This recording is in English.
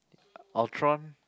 Ultron